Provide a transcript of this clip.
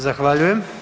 Zahvaljujem.